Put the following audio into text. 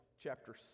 chapter